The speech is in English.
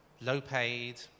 low-paid